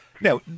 Now